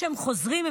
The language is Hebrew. כשהם חוזרים,